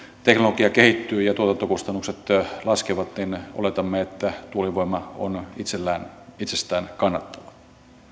teknologia kehittyy ja tuotantokustannukset laskevat oletamme tuulivoima on itsestään kannattavaa